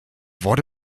wurde